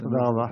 תודה.